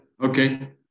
okay